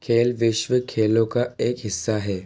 खेल विश्व खेलों का एक हिस्सा है